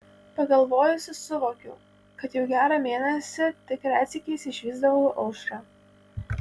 pagalvojusi suvokiau kad jau gerą mėnesį tik retsykiais išvysdavau aušrą